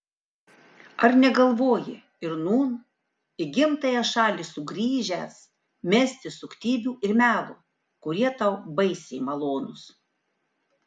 ar negalvoji ir nūn į gimtąją šalį sugrįžęs mesti suktybių ir melo kurie tau baisiai malonūs